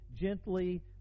gently